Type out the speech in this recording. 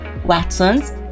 Watsons